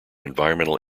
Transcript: environmental